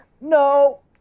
No